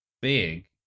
Big